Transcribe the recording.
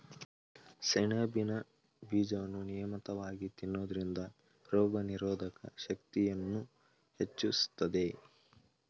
ಸೆಣಬಿನ ಬೀಜವನ್ನು ನಿಯಮಿತವಾಗಿ ತಿನ್ನೋದ್ರಿಂದ ರೋಗನಿರೋಧಕ ಶಕ್ತಿಯನ್ನೂ ಹೆಚ್ಚಿಸ್ತದೆ